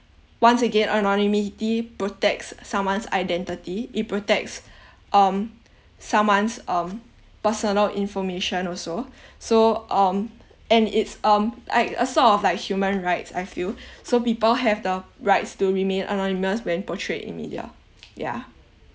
once again anonymity protects someone's identity it protects um someone's um personal information also so um and it's um like a sort of like human rights I feel so people have the rights to remain anonymous when portrayed in media yeah